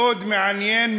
מאוד מעניין,